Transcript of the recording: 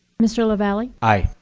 mr. lavalley. aye.